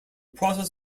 process